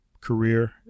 career